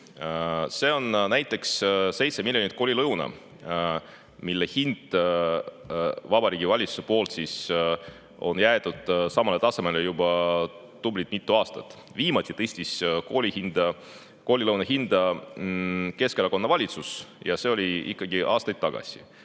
See on näiteks 7 miljonit koolilõunat, mille hinna on Vabariigi Valitsus jätnud samale tasemele juba tubli mitu aastat. Viimati tõstis koolilõuna hinda Keskerakonna valitsus ja see oli aastaid tagasi.